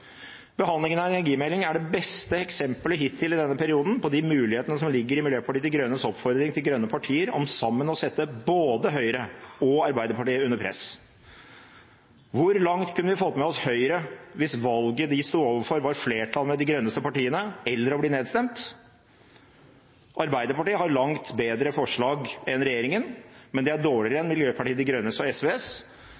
Behandlingen av energimeldingen er det beste eksemplet hittil i denne perioden på de mulighetene som ligger i Miljøpartiet De Grønnes oppfordring til grønne partier om sammen å sette både Høyre og Arbeiderpartiet under press. Hvor langt kunne vi fått med oss Høyre hvis valget de sto overfor, var flertall med de grønneste partiene eller å bli nedstemt? Arbeiderpartiet har langt bedre forslag enn regjeringen, men de er dårligere